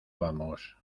vamos